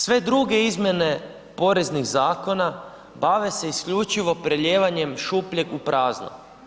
Sve druge izmjene poreznih zakona bave se isključivo prelijevanjem šupljeg u prazno.